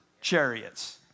chariots